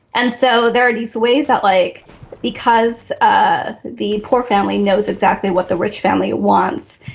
and so there are these ways that like because ah the poor family knows exactly what the rich family wants.